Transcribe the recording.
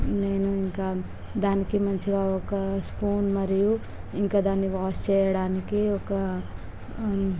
నేను ఇంకా దానికి మంచిగా ఒక స్పూన్ మరియు ఇంకా దానిని వాష్ చేయడానికి ఒక